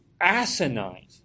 asinine